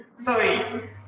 Sorry